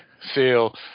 feel